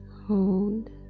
hold